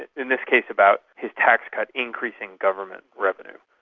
and in this case about his tax cut increasing government revenue.